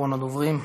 אחרון הדוברים.